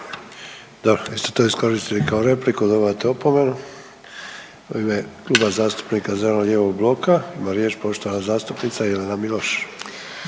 Vi ste to iskoristili kao repliku. Dobivate opomenu. U ime Kluba zastupnika zeleno-lijevog bloka ima riječ poštovana zastupnica Jelena Miloš.